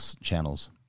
channels